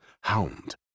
hound